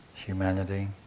Humanity